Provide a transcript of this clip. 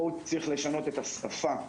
פה הוא צריך לשנות את השפה.